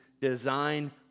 design